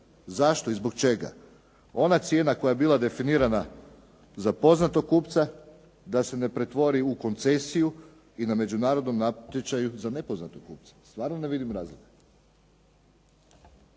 zašto i zbog čega ona cijena koja je bila definirana za poznatog kupca da se ne pretvori u koncesiju i na međunarodnom natječaju za nepoznatog kupca. Stvarno ne vidim razloga.